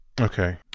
Okay